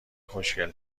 خوشگل